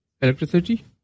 Electricity